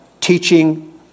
teaching